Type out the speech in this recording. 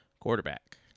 quarterback